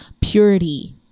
purity